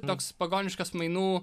toks pagoniškas mainų